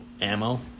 ammo